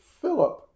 Philip